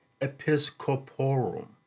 episcoporum